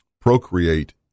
procreate